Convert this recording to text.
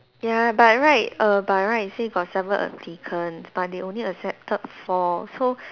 ya by right err by right say got seven applicants but they only accepted four so